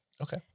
Okay